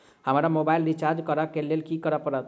हमरा mobile recharge करऽ केँ लेल की करऽ पड़त?